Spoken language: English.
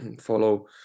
follow